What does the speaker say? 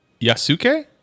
Yasuke